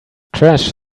trash